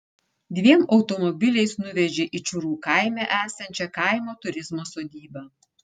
dviem automobiliais nuvežė į čiūrų kaime esančią kaimo turizmo sodybą